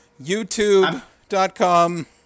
YouTube.com